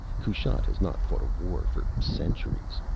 kushat has not fought a war for centuries.